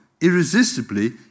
irresistibly